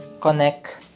connect